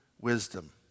wisdom